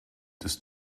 des